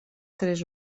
tres